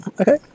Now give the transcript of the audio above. okay